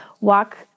walk